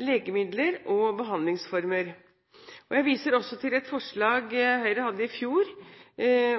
legemidler og behandlingsformer. Jeg viser også til et forslag som Høyre hadde i fjor,